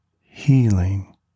healing